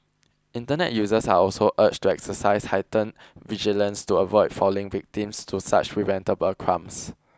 Internet users are also urged to exercise heightened vigilance to avoid falling victims to such preventable crimes